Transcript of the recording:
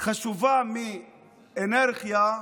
חשובה מאנרכיה,